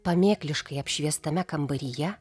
pamėkliškai apšviestame kambaryje